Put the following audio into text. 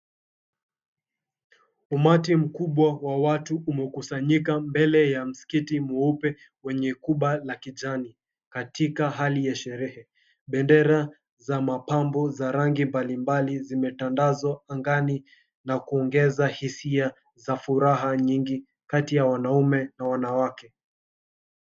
Umati mkubwa wa watu umekusanyika mbele ya msikiti mweupe wenye kuba la kijani katika hali ya sherehe. Bendera za mapambo za rangi mbali mbali zimetandazwa angani na kuongeza hisia za furaha nyingi kati ya wanaume na wanawake.